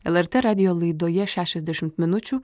lrt radijo laidoje šešiasdešimt minučių